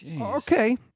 Okay